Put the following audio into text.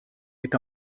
est